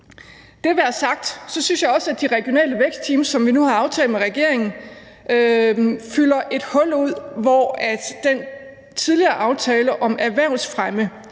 Det være sagt synes jeg også, at de regionale vækstteams, som vi nu har aftalt med regeringen, fylder et hul ud, hvor den tidligere aftale om erhvervsfremme